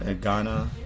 Ghana